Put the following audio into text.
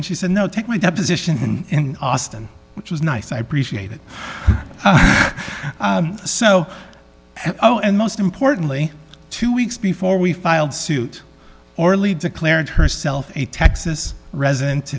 and she said no take my deposition in austin which was nice i appreciate it so oh and most importantly two weeks before we filed suit orly declared herself a texas residen